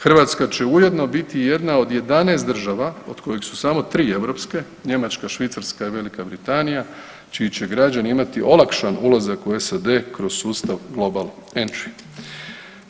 Hrvatska će ujedno biti i jedna od 11 država od kojih su samo 3 europske, Njemačka, Švicarska i Velika Britanija, čiji će građani imati olakšan ulazak u SAD kroz sustav Global Entry.